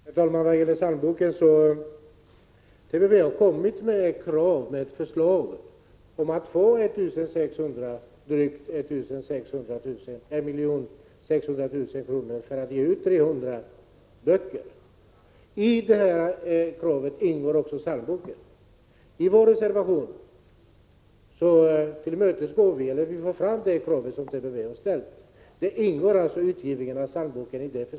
Herr talman! Vad gäller psalmboken har TPB fört fram förslag om att få drygt 1 600 000 kr. för att ge ut 300 böcker. I det kravet ingår också psalmboken. I vår reservation för vi fram de krav som TPB har ställt. Däri ingår utgivning av psalmboken.